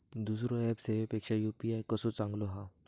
दुसरो ऍप सेवेपेक्षा यू.पी.आय कसो चांगलो हा?